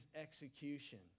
execution